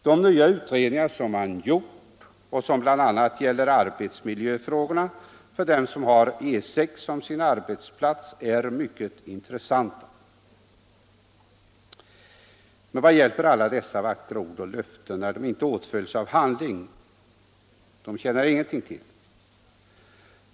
De nya utredningar man gjort och som bl.a. gäller arbetsmiljöfrågorna för dem som har E 6 som sin arbetsplats är mycket intressanta. Men vad hjälper alla dessa vackra ord och löften när de inte åtföljs av handling? De tjänar ingenting till.